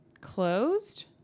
Closed